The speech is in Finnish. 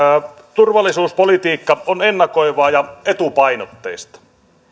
turvallisuuspolitiikka on ennakoivaa ja etupainotteista